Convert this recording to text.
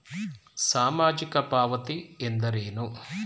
ಸಾಮಾಜಿಕ ಪಾವತಿ ಎಂದರೇನು?